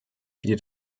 bietet